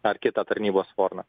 ar kitą tarnybos formą